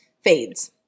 fades